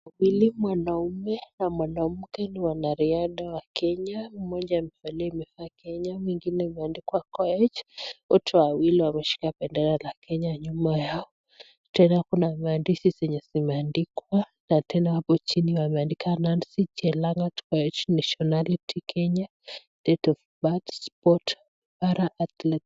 Hili mwanamume na mwanamke ni wanariadha wa Kenya. Mmoja amevalia amevaa Kenya, mwingine imeandikwa Koech. Wote wawili wameshika bendera la Kenya nyuma yao. Tena kuna maandishi zenye zimeandikwa, na tena hapo chini wameandika Nancy Chelangat Koech Nationality Kenya Date of Birth Sport Para Athle .